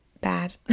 bad